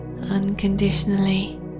unconditionally